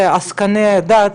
זה עסקני הדת,